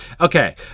Okay